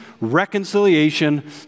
reconciliation